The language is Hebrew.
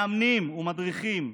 מאמנים ומדריכים.